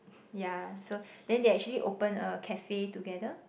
yea so then they actually open a cafe together